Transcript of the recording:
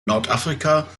nordafrika